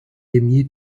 aimiez